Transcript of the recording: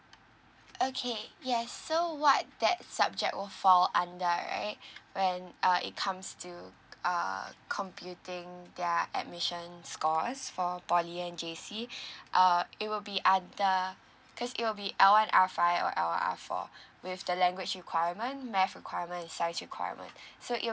okay yes so what that subject will fall under right when uh it comes to err computing their admission scores for poly and J_C uh it will be other cause it'll be L one R five or L one R four with the language requirement math requirement science requirement so it will